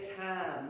time